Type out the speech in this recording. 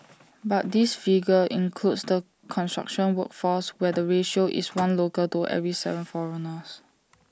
but this figure includes the construction workforce where the ratio is one local for every Seven foreigners